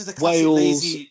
Wales